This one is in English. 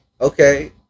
okay